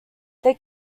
they